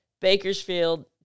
Bakersfield